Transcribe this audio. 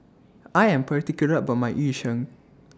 I Am particular about My Yu Sheng